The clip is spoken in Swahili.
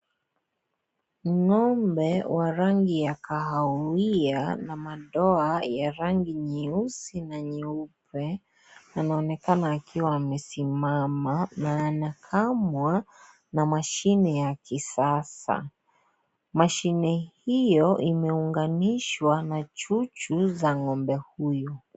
Ng'ombe wa rangi ya kahawia na madoa ya rangi nyeusi na nyeupe anaonekana akiwa amesimama na anakamwa na mashine ya kisasa. Mashine hio imeunganishwa na chuchu za ng'ombe huyo.